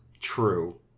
True